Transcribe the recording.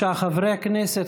בבקשה, חברי הכנסת.